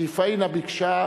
כי פאינה ביקשה.